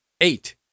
Eight